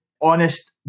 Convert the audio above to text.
Honest